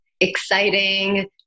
exciting